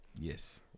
Yes